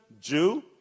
Jew